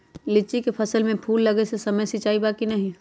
लीची के फसल में फूल लगे के समय सिंचाई बा कि नही?